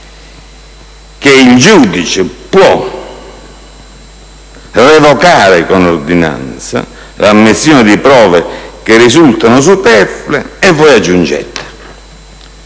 il giudice può revocare con ordinanza l'ammissione di prove che risultano superflue, e voi aggiungete: